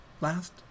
Last